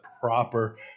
proper